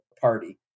party